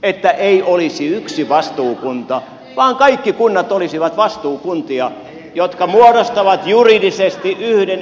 että ei olisi yksi vastuukunta vaan kaikki kunnat olisivat vastuukuntia jotka muodostavat juridisesti yhden yhteisen yhteisön